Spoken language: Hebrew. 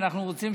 ואנחנו רוצים,